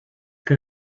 que